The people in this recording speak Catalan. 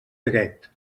dret